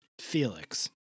Felix